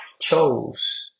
chose